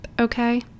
okay